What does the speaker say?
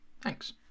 Thanks